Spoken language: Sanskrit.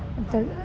तद्